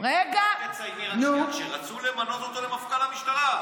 רק תצייני שרצו למנות אותו למפכ"ל המשטרה.